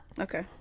Okay